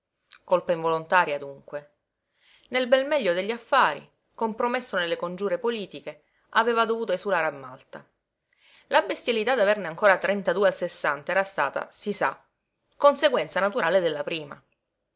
colpa involontaria dunque nel bel meglio degli affari compromesso nelle congiure politiche aveva dovuto esulare a malta la bestialità d'averne ancora trentadue al sessanta era stata si sa conseguenza naturale della prima